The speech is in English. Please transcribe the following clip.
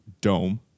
dome